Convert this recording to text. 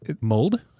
mold